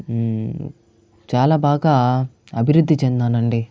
చాలా బాగా అభివృద్ధి చెందాను అండి